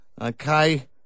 Okay